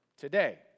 Today